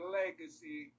legacy